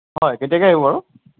হয় কেতিয়াকে আহিব বাৰু